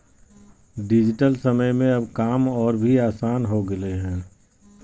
digital समय में अब काम और भी आसान हो गेलय हें